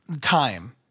time